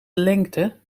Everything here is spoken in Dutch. lengte